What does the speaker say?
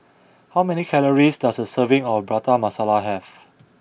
how many calories does a serving of Prata Masala have